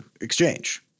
exchange